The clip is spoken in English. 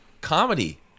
comedy